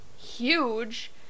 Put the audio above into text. huge